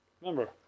remember